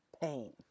pain